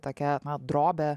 tokia drobe